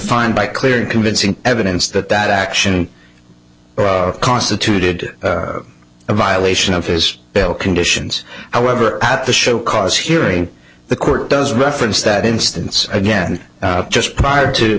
find by clear and convincing evidence that that action constituted a violation of his bail conditions however at the show cause hearing the court does reference that instance again just prior